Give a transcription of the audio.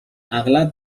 اغلب